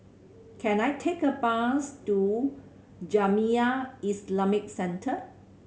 can I take a bus to Jamiyah Islamic Centre